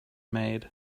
made